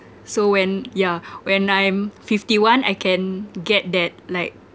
so when yeah when I'm fifty one I can get that like